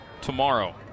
tomorrow